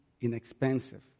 inexpensive